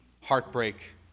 heartbreak